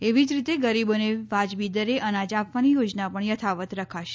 એવી જ રીતે ગરીબોને વાજબી દરે અનાજ આપવાની યોજના પણ યથાવત્ રખાશે